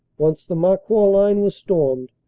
once the marcoing line was stormed,